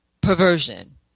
perversion